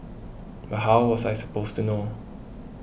but how was I supposed to know